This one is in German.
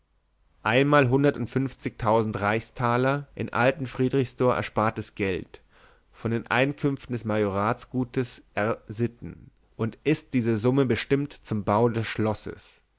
einmal hundert und fünfzigtausend reichstaler in alten friedrichsdor erspartes geld von den einkünften des majoratsgutes r sitten und ist diese summe bestimmt zum bau des schlosses